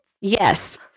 Yes